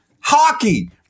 hockey